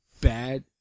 bad